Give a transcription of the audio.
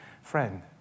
friend